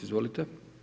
Izvolite.